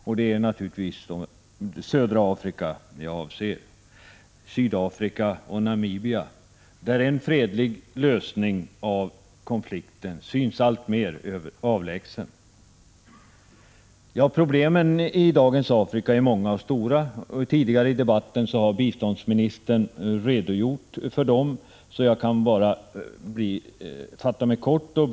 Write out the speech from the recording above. Jag syftar naturligtvis på södra Afrika — Sydafrika och Namibia. En fredlig lösning synes där alltmer avlägsen. Problemen i dagens Afrika är många och stora. Tidigare i debatten har biståndsministern redogjort för dem. Jag kan därför fatta mig kort.